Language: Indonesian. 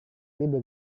libur